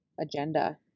agenda